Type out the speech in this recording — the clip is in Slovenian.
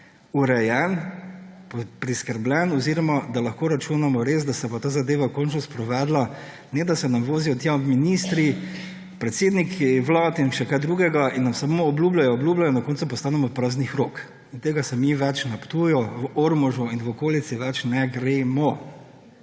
urejen, priskrbljen oziroma lahko res računamo, da se bo ta zadeva končno sprovedla? Ne da se nam vozijo tja ministri, predsedniki vlad in še kaj drugega in nam samo obljubljajo, obljubljajo, na koncu pa ostanemo praznih rok. Tega se mi na Ptuju, v Ormožu in v okolici več ne gremo.